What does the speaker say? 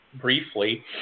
briefly